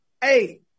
hey